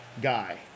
guy